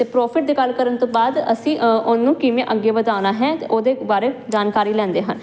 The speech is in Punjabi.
ਤੇ ਪ੍ਰੋਫਿਟ ਦੀ ਗੱਲ ਕਰਨ ਤੋਂ ਬਾਅਦ ਅਸੀਂ ਉਹਨੂੰ ਕਿਵੇਂ ਅੱਗੇ ਵਧਾਉਣਾ ਹੈ ਤੇ ਉਹਦੇ ਬਾਰੇ ਜਾਣਕਾਰੀ ਲੈਂਦੇ ਹਨ